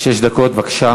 שש דקות, בבקשה.